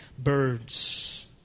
birds